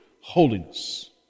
holiness